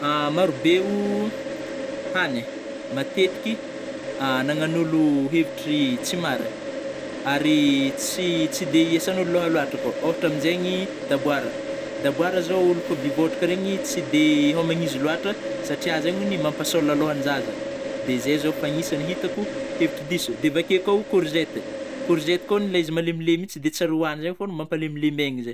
Maro be o hagny matetiky anagnan'ôlo hevitry tsy mariny ary tsy- tsy de iasanôlo lôha loatra ko ôhatra amzegny daboara- daboara zao ôlo koa be vôtraka regny tsy de hômagna azy lôhatra satria zegny mampasôla lôhanjaza. De zao zay fa agnisany hitako hevitry diso de vakeo ko kôrzete- korzety kô hono le izy malemilemy igny tsy de tsara ohagniny zegny fô mampalemilemy aigny zay.